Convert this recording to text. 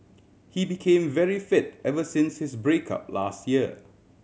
he became very fit ever since his break up last year